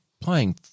playing